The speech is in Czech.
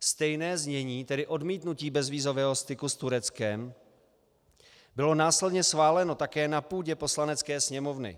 Stejné znění, tedy odmítnutí bezvízového styku s Tureckem, bylo následně schváleno také na půdě Poslanecké sněmovny.